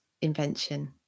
invention